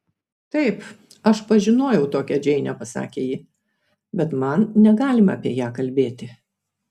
taip aš pažinojau tokią džeinę pasakė ji bet man negalima apie ją kalbėti